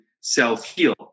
self-heal